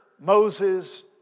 Moses